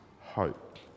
hope